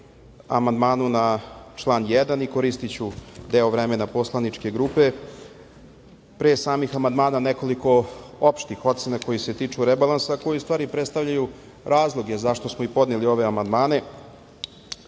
amandmanu na član 1. i koristiću deo vremena poslaničke grupe. Pre samih amandmana nekoliko opštih ocena koji se tiču rebalansa koji u stvari prestavljaju razloge zašto smo i podneli ove amandmane.